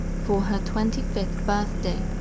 for her twenty fifth birthday,